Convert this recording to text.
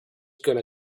gonna